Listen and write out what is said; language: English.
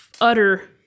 utter